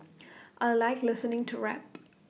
I Like listening to rap